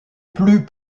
plus